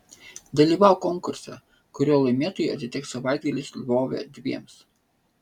dalyvauk konkurse kurio laimėtojui atiteks savaitgalis lvove dviems